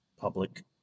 public